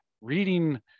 reading